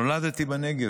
נולדתי בנגב,